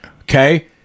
Okay